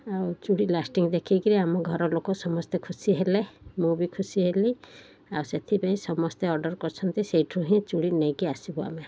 ଆଉ ଚୁଡ଼ି ଲାଷ୍ଟିଙ୍ଗ ଦେଖି କରି ଆମ ଘର ଲୋକ ସମସ୍ତେ ଖୁସି ହେଲେ ମୁଁ ବି ଖୁସି ହେଲି ଆଉ ସେଥିପାଇଁ ସମସ୍ତେ ଅର୍ଡ଼ର୍ କରିଛନ୍ତି ସେହିଠୁ ହିଁ ଚୁଡ଼ି ନେଇକି ଆସିବୁ ଆମେ